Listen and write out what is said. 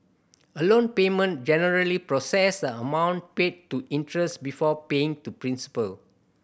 a loan payment generally process the amount paid to interest before paying to principal